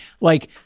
like-